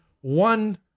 one